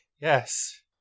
Yes